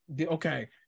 okay